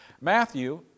Matthew